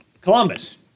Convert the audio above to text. Columbus